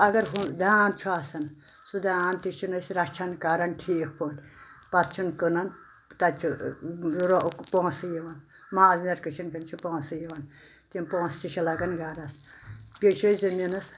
اگر ہُہ داند چھُ آسان سہُ داند تہِ چھن أسۍ رچھان کران ٹھیک پٲٹھۍ پتہٕ چھن کٕنان تہٕ تتہِ چھِ پونسہٕ یوان ماز نیرکن چھِ پونسہِ یوان تِم پونسہِ تہِ چھِ لگان گرس بییہِ چھِ أسۍ زمیٖنس